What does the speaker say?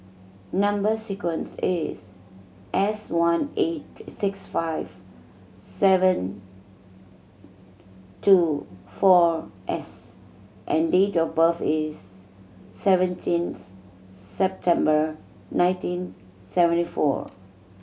number sequence is S one eight six five seven two four S and date of birth is seventeenth September nineteen seventy four